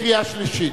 לקריאה שלישית.